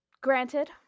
granted